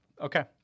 Okay